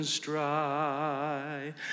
dry